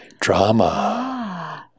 Drama